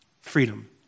freedom